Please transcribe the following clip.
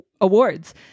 awards